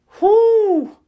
Whoo